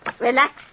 Relax